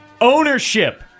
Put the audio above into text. Ownership